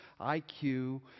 IQ